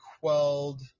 quelled